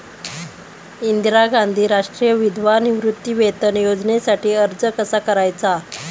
इंदिरा गांधी राष्ट्रीय विधवा निवृत्तीवेतन योजनेसाठी अर्ज कसा करायचा?